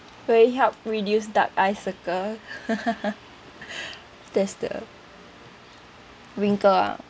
will it help reduce dark eyes circle there's the wrinkle ah